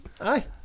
aye